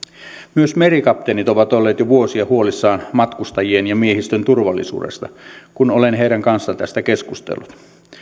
myös merikapteenit ovat olleet jo vuosia huolissaan matkustajien ja miehistön turvallisuudesta kun olen heidän kanssaan tästä keskustellut